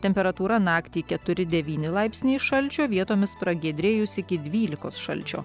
temperatūra naktį keturi devyni laipsniai šalčio vietomis pragiedrėjus iki dvylikos šalčio